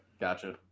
Gotcha